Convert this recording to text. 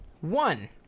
one